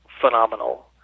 phenomenal